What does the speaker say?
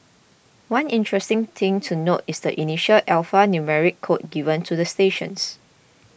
one interesting thing to note is the initial alphanumeric code given to the stations